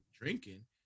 drinking